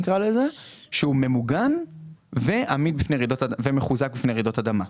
בניין ממוגן ועמיד בפני רעידות אדמה.